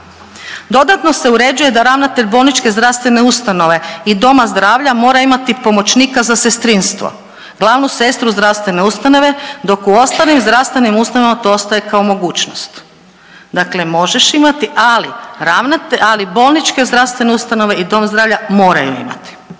Dodatno se uređuje da ravnatelj bolničke zdravstvene ustanove i doma zdravlja mora imati pomoćnika za sestrinstvo, glavnu sestru zdravstvene ustanove, dok u ostalim zdravstvenim ustanovama to ostaje kao mogućnost. Dakle možeš imati, ali ravnatelj, ali bolničke zdravstvene ustanove i dom zdravlja moraju imati.